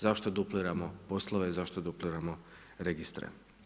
Zašto dupliramo poslove, zašto dupliramo registre?